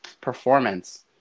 performance